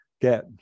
get